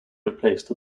replaced